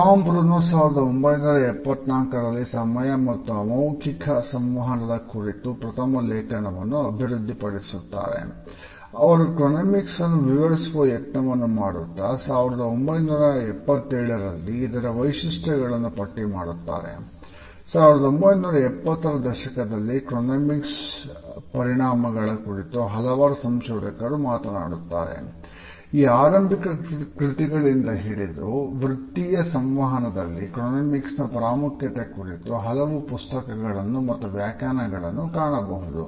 Tom Bruno ಪ್ರಾಮುಖ್ಯತೆ ಕುರಿತು ಹಲವು ಪುಸ್ತಕಗಳನ್ನು ಮತ್ತು ವ್ಯಾಖ್ಯಾನಗಳನ್ನು ಕಾಣಬಹುದು